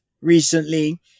recently